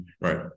right